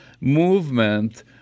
movement